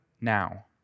now